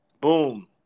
boom